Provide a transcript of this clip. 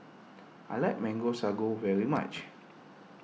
I like Mango Sago very much